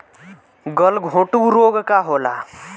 गलघोंटु रोग का होला?